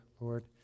Lord